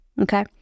Okay